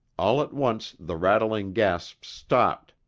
all at once the rattling gasps stopped,